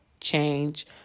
change